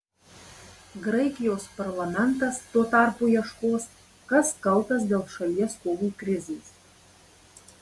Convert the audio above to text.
graikijos parlamentas tuo tarpu ieškos kas kaltas dėl šalies skolų krizės